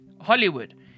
hollywood